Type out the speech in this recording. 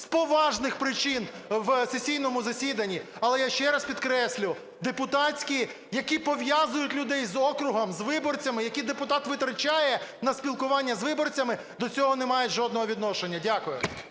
з поважних причин в сесійному засіданні. Але, я ще раз підкреслю, депутатські, які пов'язують людей з округом, з виборцями, які депутат витрачає на спілкування з виборцями, до цього не мають жодного відношення. Дякую.